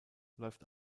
läuft